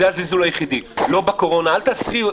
לא,